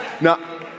Now